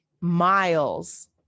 miles